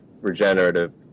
regenerative